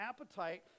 appetite